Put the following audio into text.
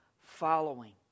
following